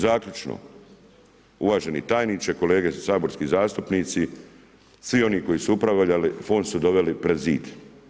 Zaključena, uvaženi tajniče, kolege saborski zastupnici, svi oni koji su upravljali, fond su doveli pred zid.